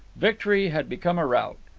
victory had become a rout.